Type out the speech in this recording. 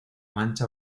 mancha